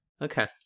Okay